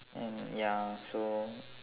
and ya so